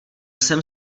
jsem